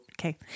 Okay